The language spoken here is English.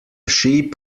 sheep